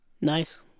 Nice